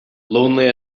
lonely